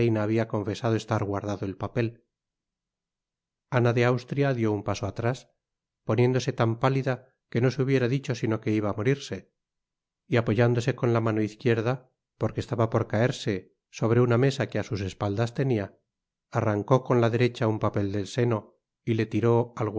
habia confesado estar guardado el papel ana de austria dió un paso atrás poniéndose tan pálida que no se hubiera dicho sino que iba á morirse y apoyándose con la mano izquierda porque estaba por caerse sobre una mesa que á sus espaldas tenia arrancó con la derecha un papel del seno y le tiró